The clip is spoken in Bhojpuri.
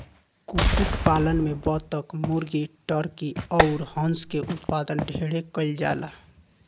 कुक्कुट पालन में बतक, मुर्गी, टर्की अउर हंस के उत्पादन ढेरे कईल जाला